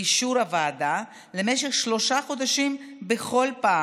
באישור הוועדה, למשך שלושה חודשים בכל פעם,